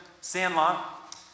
Sandlot